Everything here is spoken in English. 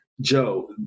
Joe